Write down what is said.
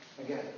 Again